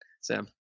Sam